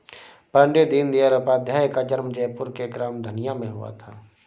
पण्डित दीनदयाल उपाध्याय का जन्म जयपुर के ग्राम धनिया में हुआ था